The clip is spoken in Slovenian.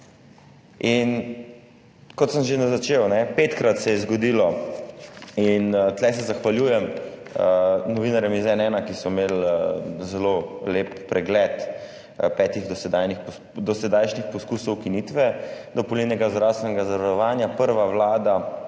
Kot sem že začel, petkrat se je zgodilo, in tu se zahvaljujem novinarjem iz N1, ki so imeli zelo lep pregled petih dosedanjih poskusov ukinitve dopolnilnega zdravstvenega zavarovanja. Prva vlada,